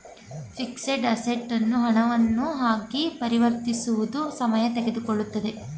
fixed assets ಅನ್ನು ಹಣವನ್ನ ಆಗಿ ಪರಿವರ್ತಿಸುವುದು ಸಮಯ ತೆಗೆದುಕೊಳ್ಳುತ್ತದೆ